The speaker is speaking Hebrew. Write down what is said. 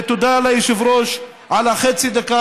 תודה ליושב-ראש על חצי הדקה,